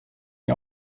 mir